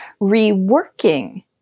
reworking